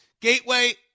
Gateway